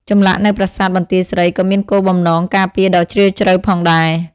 ចម្លាក់នៅប្រាសាទបន្ទាយស្រីក៏មានគោលបំណងការពារដ៏ជ្រាលជ្រៅផងដែរ។